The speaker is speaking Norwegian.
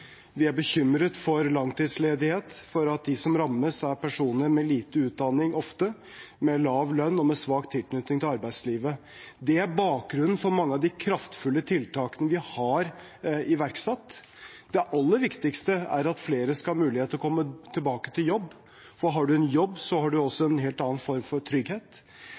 Vi er bekymret for langtidsledighet og for at de som rammes, ofte er personer med lite utdanning, lav lønn og svak tilknytning til arbeidslivet. Det er bakgrunnen for mange av de kraftfulle tiltakene vi har iverksatt. Det aller viktigste er at flere skal ha mulighet til å komme tilbake til jobb, for har du en jobb, har du også en helt annen form for trygghet.